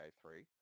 three